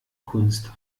kunst